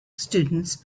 students